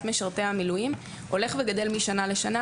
משרתי המילואים הולכת וגדלה משנה לשנה.